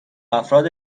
افراد